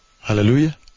hallelujah